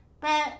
But